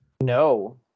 No